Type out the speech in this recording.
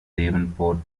devonport